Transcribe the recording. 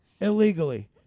Illegally